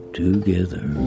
together